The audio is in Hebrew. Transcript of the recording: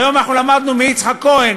היום אנחנו למדנו מיצחק כהן